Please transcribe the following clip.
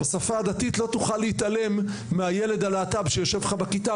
בשפה הדתית: לא תוכל להתעלם מהילד הלהט"ב שיושב לך בכיתה.